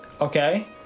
Okay